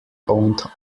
owned